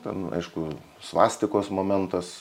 ten aišku svastikos momentas